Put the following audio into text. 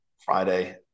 Friday